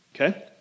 Okay